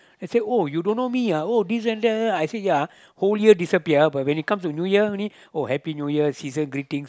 they say oh you don't know me ah oh this and that I say ya whole year disappear but when it comes to New Year only oh Happy New Year season greetings